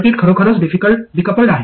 circuit खरोखरच decoupled आहे